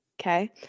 Okay